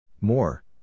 More